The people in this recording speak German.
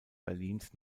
berlins